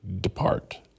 depart